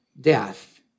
death